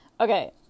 okay